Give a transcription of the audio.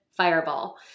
fireball